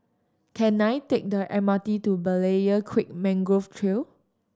can I take the M R T to Berlayer Creek Mangrove Trail